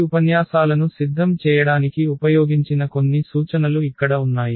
ఈ ఉపన్యాసాలను సిద్ధం చేయడానికి ఉపయోగించిన కొన్ని సూచనలు ఇక్కడ ఉన్నాయి